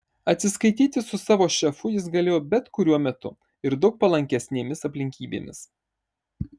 atsiskaityti su savo šefu jis galėjo bet kuriuo metu ir daug palankesnėmis aplinkybėmis